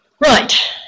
Right